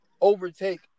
overtake